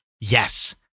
yes